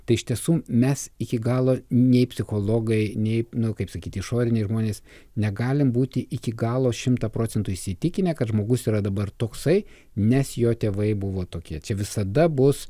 tai iš tiesų mes iki galo nei psichologai nei nu kaip sakyt išoriniai žmonės negalim būti iki galo šimtą procentų įsitikinę kad žmogus yra dabar toksai nes jo tėvai buvo tokie visada bus